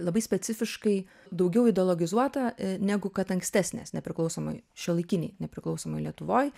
labai specifiškai daugiau ideologizuota negu kad ankstesnės nepriklausomoj šiuolaikinėj nepriklausomoj lietuvoj